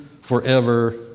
forever